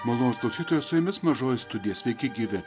malonūs klausytojai su jumis mažoji studija sveiki gyvi